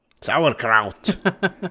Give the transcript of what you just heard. Sauerkraut